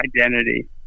Identity